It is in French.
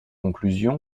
conclusions